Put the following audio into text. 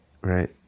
right